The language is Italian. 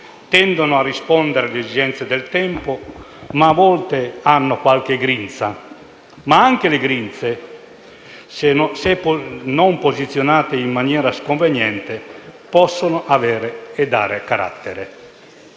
tendono a rispondere ad esigenze del tempo, ma a volte hanno qualche grinza. Tuttavia anche le grinze, se non posizionate in maniera sconveniente, possono avere e dare carattere.